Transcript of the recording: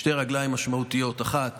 בשתי רגליים משמעותיות, האחת